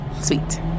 Sweet